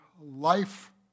life